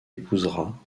épousera